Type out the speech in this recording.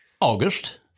August